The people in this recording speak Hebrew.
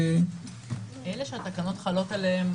אלה שהתקנות חלות עליהם,